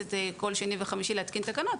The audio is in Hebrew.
לכנסת כל שני וחמישי להתקין את התקנות.